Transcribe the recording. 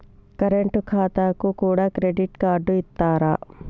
Current ఖాతాకు కూడా credit card ఇత్తరా?